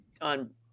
on